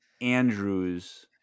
andrew's